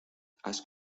has